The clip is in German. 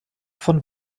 von